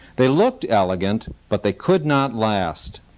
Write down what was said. they looked elegant, but they could not last.